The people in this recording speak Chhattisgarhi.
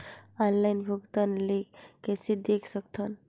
ऑनलाइन भुगतान ल कइसे देख सकथन?